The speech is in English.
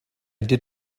did